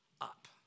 up